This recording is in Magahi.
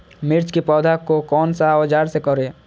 मिर्च की पौधे को कौन सा औजार से कोरे?